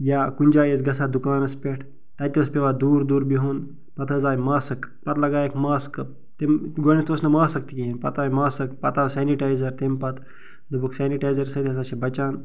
یا کُنہِ جایہِ ٲسۍ گژھان دُکانس پٮ۪ٹھ تتہِ اوس پیٚوان دوٗر دوٗر بِہُن پتہٕ حظ آیہِ ماسٕک پتہٕ لگایکھ ماسکہٕ تم گۄڈنیٚتھ اوس نہٕ ماسٕک تہِ کِہینۍ پتہٕ آیہِ ماسٕک پتہٕ آو سیٚنِٹایزر تمہِ پتہٕ دوٚپُکھ سیٚنِٹایزر سۭتۍ ہسا چھِ بچان